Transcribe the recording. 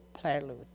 prelude